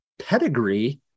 pedigree